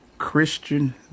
Christian